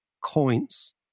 coins